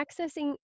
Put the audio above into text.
accessing